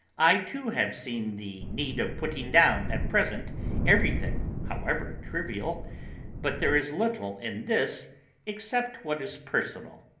i too have seen the need of putting down at present everything, however trivial but there is little in this except what is personal.